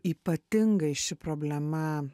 ypatingai ši problema